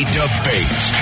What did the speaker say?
debate